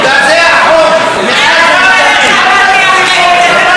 זה החוק מאז ומתמיד.